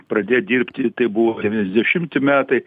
pradėt dirbti tai buvo devyniasdešimti metai